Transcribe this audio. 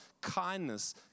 kindness